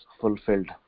fulfilled